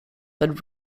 but